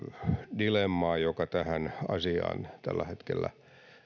dilemmaa joka tähän asiaan tällä hetkellä